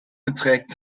beträgt